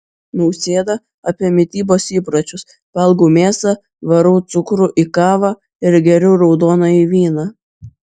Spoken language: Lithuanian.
nausėda apie mitybos įpročius valgau mėsą varau cukrų į kavą ir geriu raudonąjį vyną